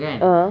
(uh huh)